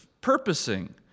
purposing